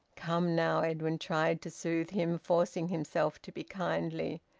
come now! edwin tried to soothe him, forcing himself to be kindly.